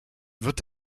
wird